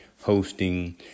hosting